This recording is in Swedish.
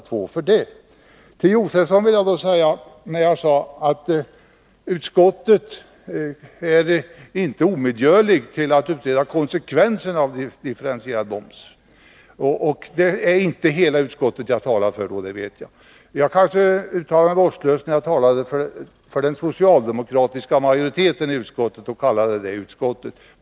Till Stig Josefson vill jag säga följande. Jag sade att utskottet inte är omedgörligt när det gäller att utreda konsekvenserna av en differentierad moms, och då visste jag att jag inte talade för hela utskottet. Kanske uttryckte jag mig vårdslöst när jag talade om den socialdemokratiska majoriteten i utskottet och kallade den för utskottet.